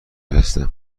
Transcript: هستم